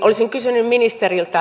olisin kysynyt ministeriltä